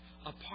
apart